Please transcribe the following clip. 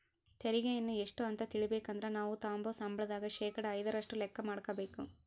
ತೆರಿಗೆಯನ್ನ ಎಷ್ಟು ಅಂತ ತಿಳಿಬೇಕಂದ್ರ ನಾವು ತಗಂಬೋ ಸಂಬಳದಾಗ ಶೇಕಡಾ ಐದರಷ್ಟು ಲೆಕ್ಕ ಮಾಡಕಬೇಕು